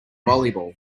volleyball